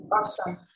Awesome